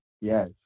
yes